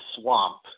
swamp